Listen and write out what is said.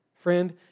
Friend